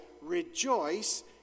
rejoice